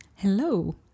Hello